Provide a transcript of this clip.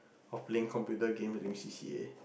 of playing computer game during C_C_A